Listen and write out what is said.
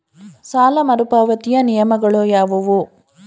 ಸಾಲ ಮರುಪಾವತಿಯ ನಿಯಮಗಳು ಯಾವುವು?